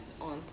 on